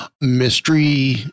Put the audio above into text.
mystery